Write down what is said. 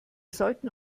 sollten